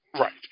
Right